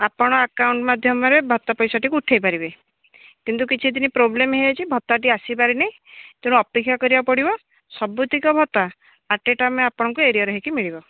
ଆପଣ ଆକାଉଣ୍ଟ୍ ମାଧ୍ୟମରେ ଭତ୍ତା ପଇସାଟିକୁ ଉଠାଇ ପାରିବେ କିନ୍ତୁ କିଛି ଦିନ ପ୍ରୋବ୍ଲେମ୍ ହୋଇଯାଇଛି ଭତ୍ତାଟି ଆସିପାରିନି ତେଣୁ ଅପେକ୍ଷା କରିବାକୁ ପଡ଼ିବ ସବୁତକ ଭତ୍ତା ଆଟ୍ ଏ ଟାଇମ୍ ଆପଣଙ୍କୁ ଏରିଅର୍ ହୋଇକି ମିଳିବ